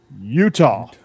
Utah